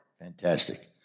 Fantastic